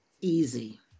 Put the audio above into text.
easy